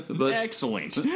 Excellent